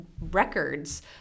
records